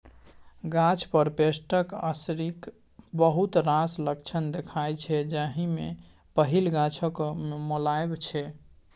गाछ पर पेस्टक असरिक बहुत रास लक्षण देखाइ छै जाहि मे पहिल गाछक मौलाएब छै